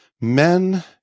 men